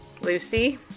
Lucy